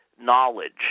knowledge